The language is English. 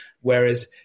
whereas